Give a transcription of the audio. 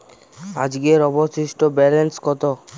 আজকের অবশিষ্ট ব্যালেন্স কত?